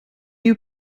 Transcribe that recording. you